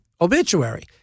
obituary